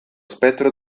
spettro